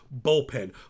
bullpen